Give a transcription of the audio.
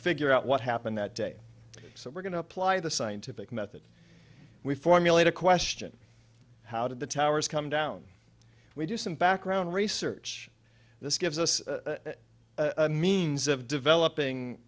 figure out what happened that day so we're going to apply the scientific method we formulate a question how did the towers come down we do some background research this gives us a means of developing